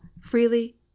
freely